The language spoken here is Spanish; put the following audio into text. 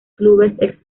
clubes